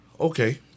Okay